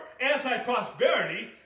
anti-prosperity